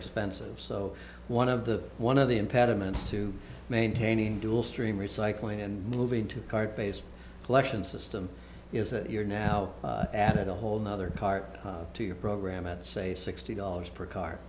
expensive so one of the one of the impediments to maintaining dual stream recycling and moving to cart based collection system is that you're now added a whole nother part to your program at say sixty dollars per car